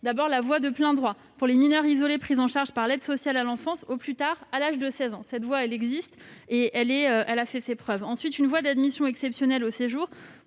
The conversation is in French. d'abord, la voie de plein droit pour les mineurs isolés pris en charge par l'aide sociale à l'enfance, au plus tard à l'âge de 16 ans. Cette voie a fait ses preuves. Il y a, ensuite, une voie d'admission exceptionnelle au séjour